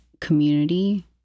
community